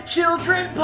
Children